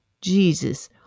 Jesus